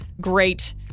great